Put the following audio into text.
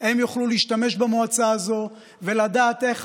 יוכלו להשתמש במועצה הזאת ולדעת איך